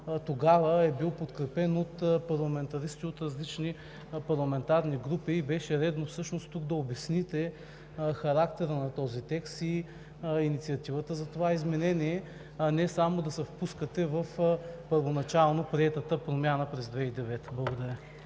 тогава е бил подкрепен от парламентаристи от различни парламентарни групи. Беше редно тук да обясните характера на този текст и инициативата за изменението, а не само да се впускате в първоначално приетата промяна през 2009 а. Благодаря.